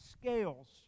scales